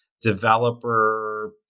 developer